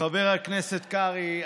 חבר הכנסת קרעי,